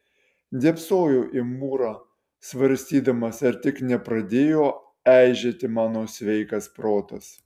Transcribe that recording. dėbsojau į mūrą svarstydamas ar tik nepradėjo eižėti mano sveikas protas